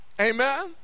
Amen